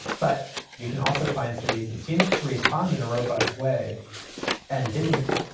but you can also find cities that seemed to respond in a robust way and didn't.